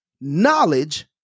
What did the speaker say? knowledge